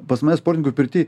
pas mane sportininkų pirty